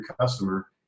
customer